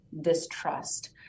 distrust